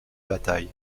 bataille